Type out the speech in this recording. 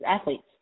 athletes